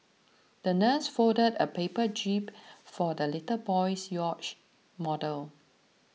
the nurse folded a paper jib for the little boy's yacht model